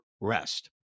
rest